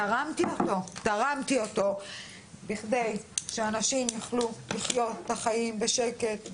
תרמתי אותו בכדי שאנשים יוכלו לחיות את החיים בשקט,